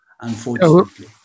unfortunately